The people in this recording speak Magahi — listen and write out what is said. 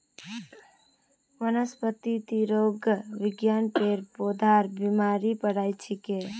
वनस्पतिरोग विज्ञान पेड़ पौधार बीमारीर पढ़ाई छिके